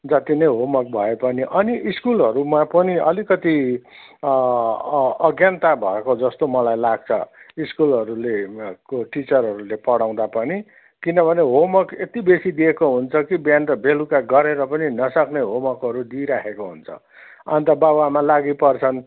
जति नै होमवर्क भए पनि अनि स्कुलहरूमा पनि अलिकति अज्ञानता भएको जस्तो मलाई लाग्छ स्कुलहरूलेको टिचरहरूले पढाउँदा पनि किनभने होमवर्क यति बेसी दिएको हुन्छ कि बिहान र बेलुकी गरेर पनि नसक्ने होमवर्कहरू दिइराखेको हुन्छ अन्त बाउआमा लागि पर्छन्